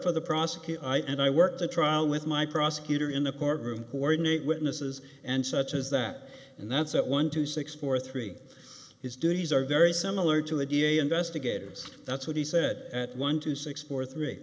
for the prosecutor i and i work the trial with my prosecutor in a courtroom coordinate witnesses and such as that and that's it one two six four three his duties are very similar to the d a investigators that's what he said at one two six four three